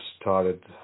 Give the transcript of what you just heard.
started